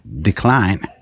decline